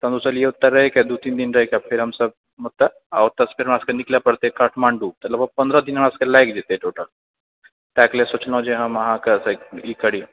तऽ हम सोचलियै ओतय रहि कऽ दू तीन दिन रहिकऽ फेर हमसभ ओतय आ ओतऽसँ फेर हमरा सभक निकलय पड़तै काठमाण्डू तऽ लगभग पन्द्रह दिना हमरा सभक लागि जेतय टोटल तैंकऽ लेल सोचलहुँ जे हम अहाँक ई करी